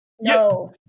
No